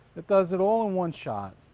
it does it all in one shot.